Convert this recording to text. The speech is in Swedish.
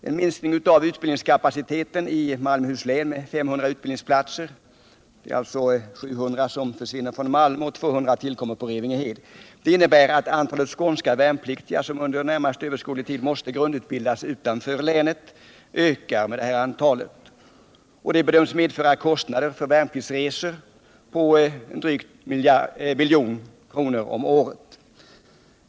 En minskning av utbildningskapaciteten i Malmöhus län med 500 utbildningsplatser — 700 försvinner från Malmö och 200 tillkommer på Revingehed — innebär att antalet skånska värnpliktiga som under närmast överskådlig tid måste grundutbildas utanför länet ökar med samma antal. Detta bedöms medföra kostnader för värnpliktsresor med drygt I milj.kr. om året.